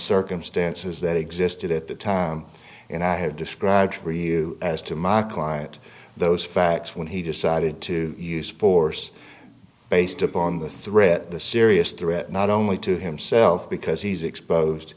circumstances that existed at the time and i have described for you as to my client those facts when he decided to use force based upon the threat the serious threat not only to himself because he's exposed